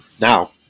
now